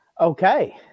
Okay